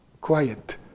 quiet